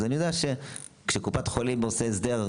אז אני יודע שכשקופת חולים עושה הסדר,